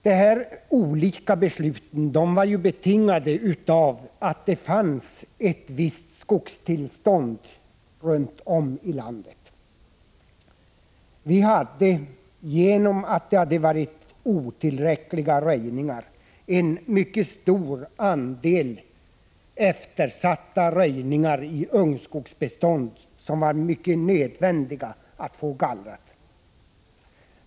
Dessa olika beslut var betingade av att det fanns ett visst skogstillstånd runt om i landet. Eftersom det hade skett otillräckliga röjningar fanns en mycket stor andel eftersatta röjningar i ungskogsbeståndet, som det var nödvändigt att få gallrat.